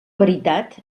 veritat